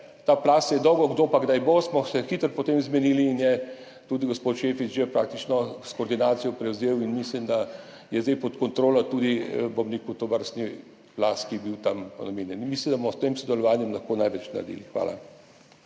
ta plaz se je dolgo kdo pa kdaj bo, smo se hitro potem zmenili in je tudi gospod Šefic že praktično koordinacijo prevzel in mislim, da je zdaj pod kontrolo tudi tovrstni plaz, ki je bil tam. Mislim, da bomo s tem sodelovanjem lahko največ naredili. Hvala.